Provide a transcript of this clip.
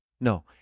no